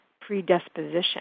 predisposition